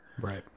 Right